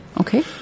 Okay